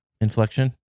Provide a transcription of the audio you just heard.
inflection